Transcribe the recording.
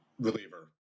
reliever